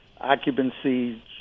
Occupancy